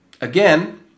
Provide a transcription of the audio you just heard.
again